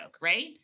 right